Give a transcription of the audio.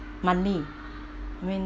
money when